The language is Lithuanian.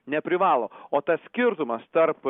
neprivalo o tas skirtumas tarp